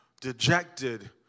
dejected